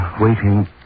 waiting